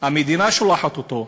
המדינה שולחת אותו,